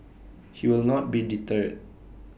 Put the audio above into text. he will not be deterred